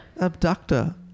Abductor